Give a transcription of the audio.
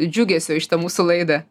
džiugesio į mūsų laidą